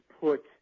put